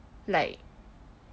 like